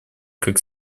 как